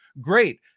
Great